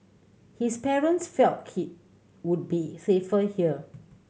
his parents felt he would be safer here